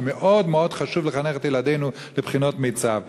כי מאוד מאוד חשוב לחנך את ילדינו בבחינות מיצ"ב.